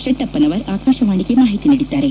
ಶೆಟ್ಟೆಪ್ಪನವರ್ ಆಕಾಶವಾಣಿಗೆ ಮಾಹಿತಿ ನೀಡಿದ್ದಾರೆ